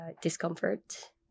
discomfort